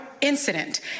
incident